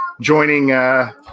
Joining